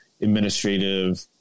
administrative